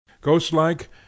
ghost-like